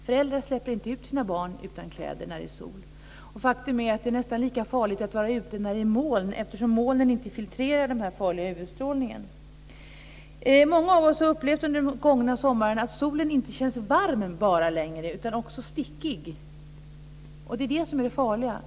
Föräldrar släpper inte ut sina barn utan kläder när det är sol. Faktum är att det är nästan lika farligt att vara ute när det är molnigt eftersom molnen inte filtrerar den farliga UV-strålningen. Många av oss har under den gångna sommaren upplevt att solen inte bara känns varm längre utan också stickig, och det är det som är det farliga.